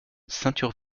ceinture